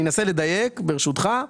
אני אנסה לדייק ברשותך,